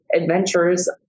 adventures